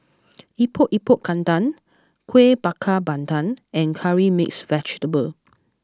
Epok Epok Kentang Kueh Bakar Pandan and Curry Mixed Vegetable